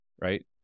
Right